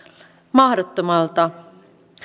mahdottomalta